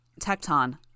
Tecton